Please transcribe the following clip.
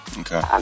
Okay